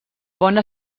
bona